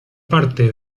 parte